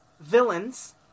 villains